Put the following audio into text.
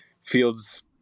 Fields